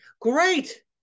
great